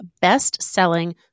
best-selling